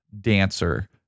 dancer